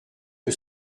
que